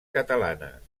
catalanes